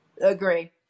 agree